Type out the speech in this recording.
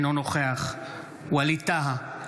אינו נוכח ווליד טאהא,